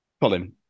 Colin